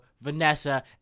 Vanessa